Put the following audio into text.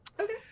Okay